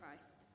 Christ